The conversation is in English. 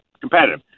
competitive